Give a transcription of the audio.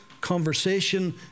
conversation